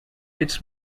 its